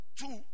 Two